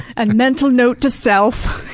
and mental note to self.